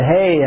Hey